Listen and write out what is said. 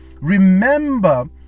Remember